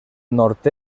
nord